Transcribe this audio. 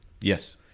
Yes